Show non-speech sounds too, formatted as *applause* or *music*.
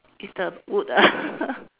it's the wood *laughs*